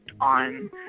on